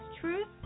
Truth